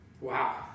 Wow